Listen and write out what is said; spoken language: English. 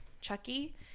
chucky